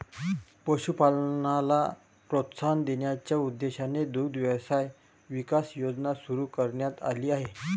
पशुपालनाला प्रोत्साहन देण्याच्या उद्देशाने दुग्ध व्यवसाय विकास योजना सुरू करण्यात आली आहे